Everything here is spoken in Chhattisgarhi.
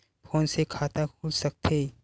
फोन से खाता खुल सकथे?